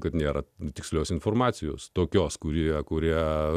kad nėra tikslios informacijos tokios kurie kuria